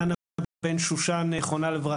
דנה בן שושן ז"ל,